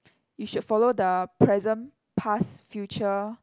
you should follow the present past future